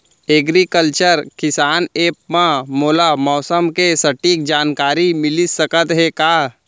Agriculture Kisan app मा मोला मौसम के सटीक जानकारी मिलिस सकत हे का?